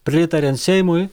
pritariant seimui